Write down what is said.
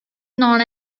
known